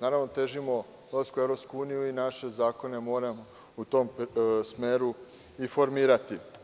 pošto težimo ulasku u EU, naše zakone moramo u tom smeru i formirati.